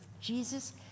Jesus